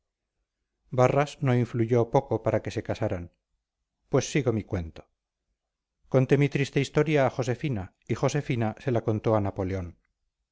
barras no influyó poco para que se casaran pues sigo mi cuento conté mi triste historia a josefina y josefina se la contó a napoleón